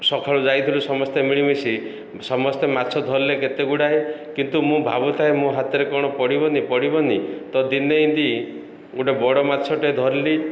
ସଖାଳୁ ଯାଇଥିଲୁ ସମସ୍ତେ ମିଳିମିଶି ସମସ୍ତେ ମାଛ ଧରିଲେ କେତେ ଗୁଡ଼ାଏ କିନ୍ତୁ ମୁଁ ଭାବୁଥାଏ ମୋ ହାତରେ କ'ଣ ପଡ଼ିବନି ପଡ଼ିବନି ତ ଦିନେ ଗୋଟେ ବଡ଼ ମାଛଟେ ଧରିଲି